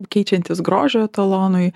keičiantis grožio etalonui